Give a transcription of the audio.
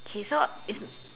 K so is is